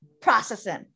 processing